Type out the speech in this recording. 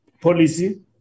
Policy